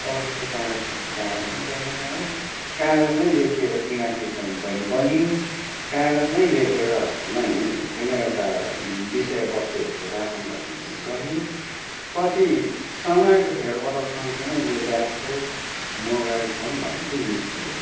अफिसको कागज पनि कागजमै चलेर आयो कागजमै लेखिएर चिना टिप्पणी पनि बनियो कागजमै लेखेर नै कुनै एउटा विषय वस्तुहरूको राखन धरन पनि गरियो पछि समयको फेरबदल सँग सँगै यो ल्यापटप मोबाइल फोन भन्ने चाहिँ निस्कयो